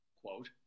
quote